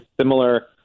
similar